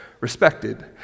respected